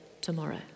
tomorrow